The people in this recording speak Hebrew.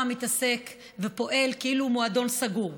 מתעסק ופועל כאילו הוא מועדון סגור,